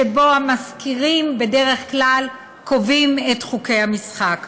שבו המשכירים בדרך כלל קובעים את חוקי המשחק.